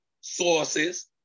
sources